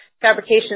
fabrication